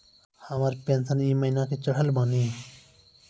हमर पेंशन ई महीने के चढ़लऽ बानी?